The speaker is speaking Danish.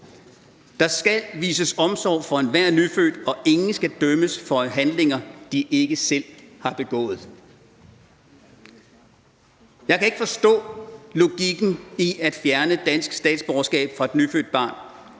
Der skal vises omsorg for enhver nyfødt, og ingen skal dømmes for handlinger, de ikke selv har begået. Jeg kan ikke forstå logikken i at fjerne dansk statsborgerskab fra et nyfødt barn,